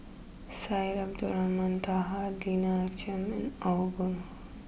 Syed Abdulrahman Taha Lina Chiam and Aw Boon Haw